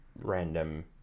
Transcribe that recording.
random